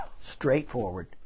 straightforward